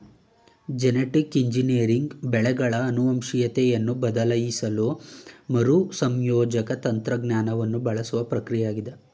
genetic engineering ಬೆಳೆಗಳ ಆನುವಂಶಿಕತೆಯನ್ನು ಬದಲಾಯಿಸಲು ಮರುಸಂಯೋಜಕ ತಂತ್ರಜ್ಞಾನವನ್ನು ಬಳಸುವ ಪ್ರಕ್ರಿಯೆಯಾಗಿದೆ